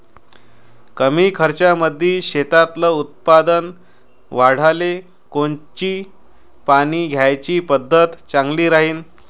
कमी खर्चामंदी शेतातलं उत्पादन वाढाले कोनची पानी द्याची पद्धत चांगली राहीन?